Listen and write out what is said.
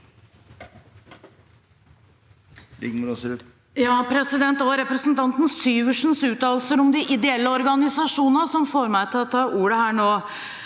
Det var represen- tanten Syversens uttalelser om de ideelle organisasjonene som fikk meg til å ta ordet her nå.